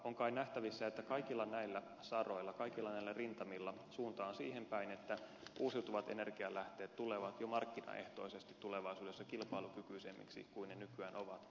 on kai nähtävissä että kaikilla näillä saroilla kaikilla näillä rintamilla suunta on siihen päin että uusiutuvat energialähteet tulevat jo markkinaehtoisesti tulevaisuudessa kilpailukykyisemmiksi kuin ne nykyään ovat